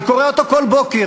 אני קורא אותו כל בוקר.